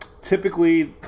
Typically